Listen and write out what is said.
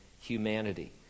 humanity